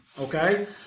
Okay